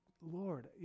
Lord